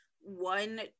one